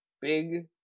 big